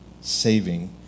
saving